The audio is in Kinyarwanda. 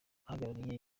ahagarariye